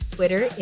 Twitter